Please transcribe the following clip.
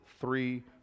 three